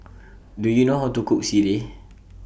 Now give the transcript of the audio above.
Do YOU know How to Cook Sireh